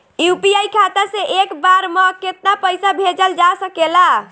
UPI खाता से एक बार म केतना पईसा भेजल जा सकेला?